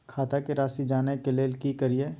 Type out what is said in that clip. खाता के राशि जानय के लेल की करिए?